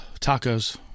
Tacos